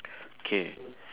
okay